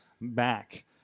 back